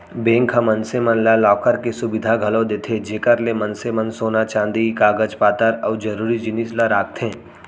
bank ह मनसे मन ला लॉकर के सुबिधा घलौ देथे जेकर ले मनसे मन सोन चांदी कागज पातर अउ जरूरी जिनिस ल राखथें